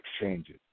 exchanges